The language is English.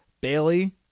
Bailey